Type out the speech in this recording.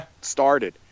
started